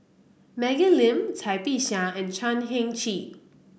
Maggie Lim Cai Bixia and Chan Heng Chee